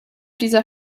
dieser